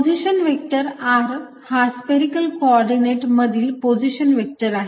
position vector r हा spherical coordinates मधील position vector आहे